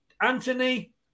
Anthony